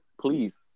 Please